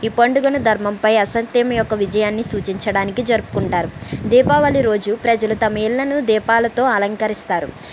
ఈ పండుగను ధర్మంపై అసత్యం యొక్క విజయాన్ని సూచించడానికి జరుపుకుంటారు దీపావళి రోజు ప్రజలు తమ ఇళ్ళను దీపాలతో అలంకరిస్తారు